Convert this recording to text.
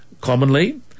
commonly